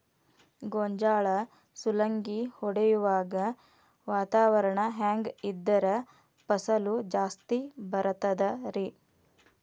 ಗೋಂಜಾಳ ಸುಲಂಗಿ ಹೊಡೆಯುವಾಗ ವಾತಾವರಣ ಹೆಂಗ್ ಇದ್ದರ ಫಸಲು ಜಾಸ್ತಿ ಬರತದ ರಿ?